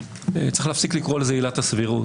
צריך להפסיק לקרוא לזה עילת הסבירות.